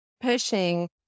pushing